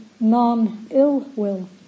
non-ill-will